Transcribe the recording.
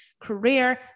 career